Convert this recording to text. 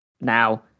Now